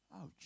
Ouch